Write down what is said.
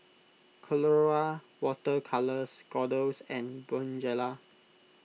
Colora Water Colours Kordel's and Bonjela